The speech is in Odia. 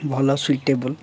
ଭଲ ସୁଇଟେବୁଲ୍